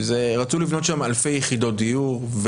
רצו לבנות שם אלפי יחידות דיור,